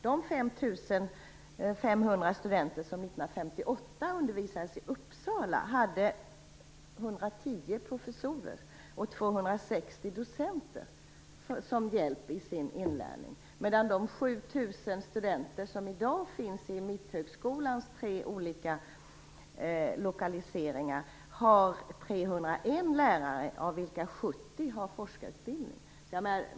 De 5 500 studenter som 1958 docenter som hjälp i sin inlärning, medan de 7 000 studenter som i dag finns i Mitthögskolans tre olika lokaliseringar har 301 lärare, av vilka 70 har forskarutbildning.